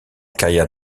carrière